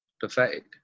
Pathetic